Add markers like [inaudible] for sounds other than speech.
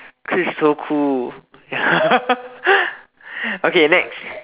cause is so cool ya [laughs] okay next